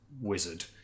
wizard